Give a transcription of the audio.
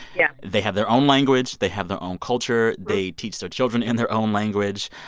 yeah they have their own language. they have their own culture. they teach their children in their own language.